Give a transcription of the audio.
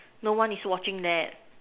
no one is watching that